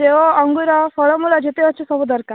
ସେଓ ଅଙ୍ଗୁର ଫଳମୂଳ ଯେତେ ଅଛି ସବୁ ଦରକାର